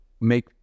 make